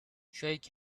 shake